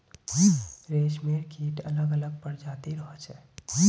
रेशमेर कीट अलग अलग प्रजातिर होचे